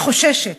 אני חוששת,